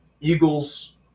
Eagles